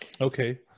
Okay